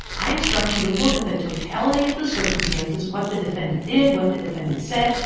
i instruct you to look at the totality of the circumstances, what the defendant did, what the defendant said,